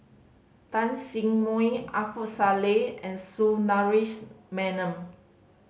Tan Sin Salleh and Sundaresh Menon